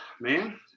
man